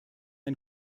ein